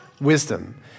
wisdom